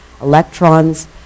electrons